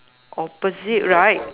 opposite right